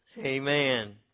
Amen